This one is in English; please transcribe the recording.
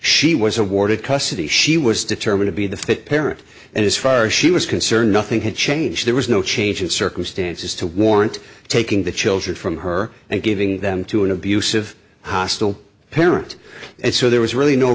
she was awarded custody she was determined to be the fit parent and as far as she was concerned nothing had changed there was no change in circumstances to warrant taking the children from her and giving them to an abusive hostile parent and so there was really no